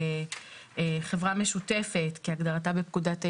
חברה משותפת כהגדרתה בפקודת העיריות,